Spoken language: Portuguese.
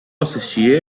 assistir